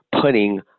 putting